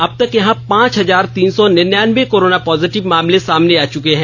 अबतक यहां पांच हजार तीन सौ निन्यान्वे कोरोना पॉजिटिव मामले सामने आ चुके हैं